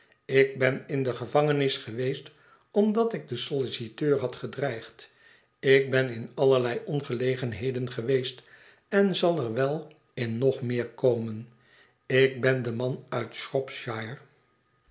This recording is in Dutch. ik ben in de gevangenis geweest omdat ik dien solliciteur had gedreigd ik ben in allerlei ongelegenheden geweest en zal er wel in nog meer komen ik ben de man uit shropshire